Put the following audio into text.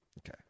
Okay